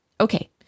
Okay